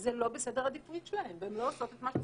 שזה לא בסדר העדיפות שלהן והן לא עושות את מה שצריך.